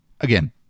Again